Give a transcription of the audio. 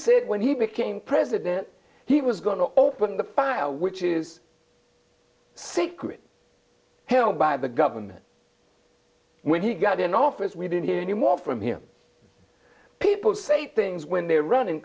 said when he became president he was going to open the file which is secret held by the government when he got in office we didn't hear any more from him people say things when they're running